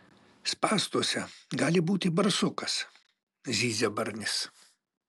spąstuose gali būti barsukas zyzia barnis